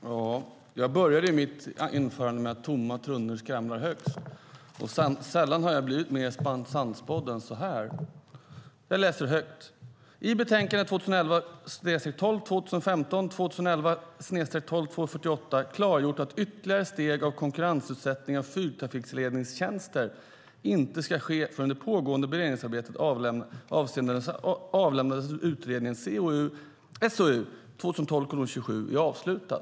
Fru talman! Jag började mitt anförande med att säga att tomma tunnor skramlar mest, och sällan har jag blivit mer sannspådd än nu. Jag läser högt: " klargjort att ytterligare steg av konkurrensutsättning av flygtrafikledningstjänster inte ska ske förrän det pågående beredningsarbetet avseende den avlämnade statliga utredningen SOU 2012:27 är avslutat".